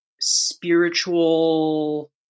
spiritual